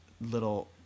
little